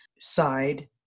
side